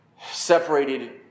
separated